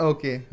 Okay